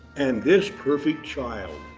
and this perfect child,